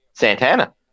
Santana